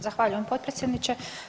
Zahvaljujem potpredsjedniče.